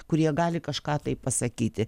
kurie gali kažką tai pasakyti